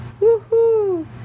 Woohoo